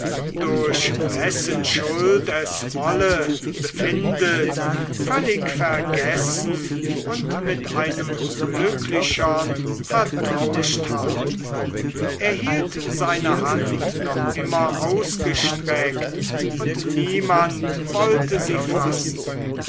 durch wessen schuld es wolle befindet völlig vergessen und mit einem glücklichern vertauscht habt er hielt seine hand noch immer ausgestreckt und niemand wollte sie fassen